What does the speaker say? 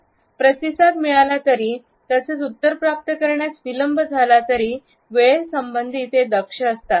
प्रतिसाद मिळाला तरी तसेच उत्तर प्राप्त करण्यास विलंब झाला तरी वेळेसंबंधी दक्ष असतात